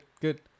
Good